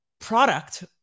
product